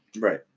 Right